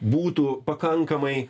būtų pakankamai